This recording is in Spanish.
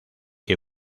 que